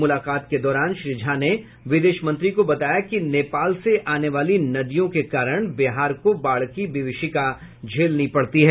मुलाकात के दौरान श्री झा ने विदेश मंत्री को बताया कि नेपाल से आने वाली नदियों के कारण बिहार को बाढ़ की विभीषिका झेलनी पड़ती है